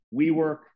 WeWork